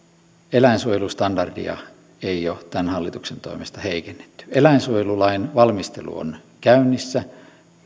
eläinsuojelustandardia ei ole tämän hallituksen toimesta heikennetty eläinsuojelulain valmistelu on käynnissä